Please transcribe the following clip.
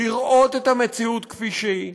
לראות את המציאות כפי שהיא,